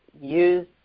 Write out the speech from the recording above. use